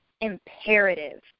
imperative